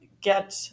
get